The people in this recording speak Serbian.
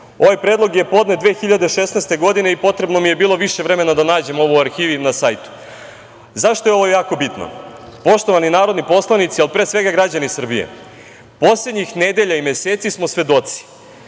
Ovaj predlog je podnet 2016. godine i bilo mi je potrebno više vremena da nađem u arhivi na sajtu. Zašto je ovo jako bitno? Poštovani narodni poslanici, pre svega građani Srbije, poslednjih nedelja i meseci smo svedoci